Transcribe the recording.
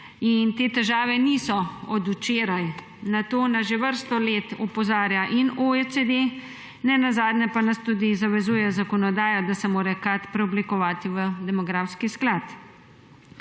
in te težave niso od včeraj. Na to nas že vrsto let opozarja OECD, nenazadnje pa nas tudi zavezuje zakonodaja, da se mora Kad preoblikovati v demografski sklad.